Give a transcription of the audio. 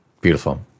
Beautiful